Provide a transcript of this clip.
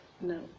No